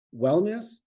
wellness